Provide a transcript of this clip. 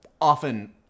often